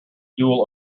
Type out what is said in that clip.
dual